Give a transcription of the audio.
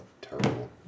terrible